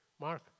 Mark